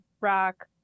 rock